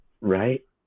Right